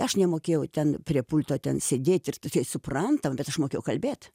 aš nemokėjau ten prie pulto ten sėdėti ir tai čia suprantam bet aš mokėjau kalbėt